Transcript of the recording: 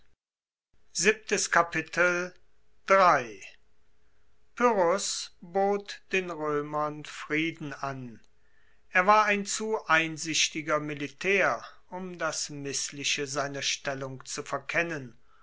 pyrrhos bot den roemern frieden an er war ein zu einsichtiger militaer um das missliche seiner stellung zu verkennen